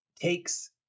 takes